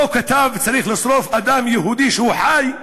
לא כתב שצריך לשרוף אדם יהודי כשהוא חי.